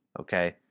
Okay